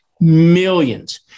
millions